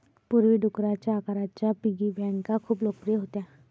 पूर्वी, डुकराच्या आकाराच्या पिगी बँका खूप लोकप्रिय होत्या